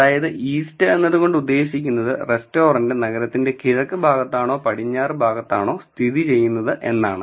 അതായത് east എന്നതുകൊണ്ട് ഉദ്ദേശിക്കുന്നത് റെസ്റ്റോറന്റ് നഗരത്തിന്റെ കിഴക്ക് ഭാഗത്താണെന്നോ പടിഞ്ഞാറ് ഭാഗത്താണോ സ്ഥിതിചെയ്യുന്നത് എന്നതാണ്